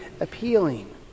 appealing